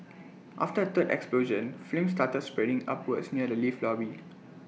after A third explosion flames started spreading upwards near the lift lobby